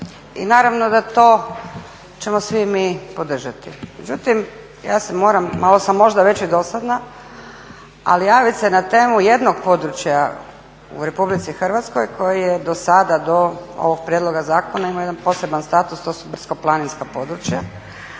I naravno da to ćemo svi mi podržati. Međutim, malo sam možda već i dosadna, ali moram se javiti na temu jednog područja u RH koje je dosada do ovog prijedloga zakona imao jedan poseban status a to su brdsko-planinska područja.